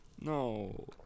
No